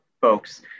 folks